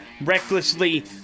recklessly